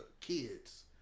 kids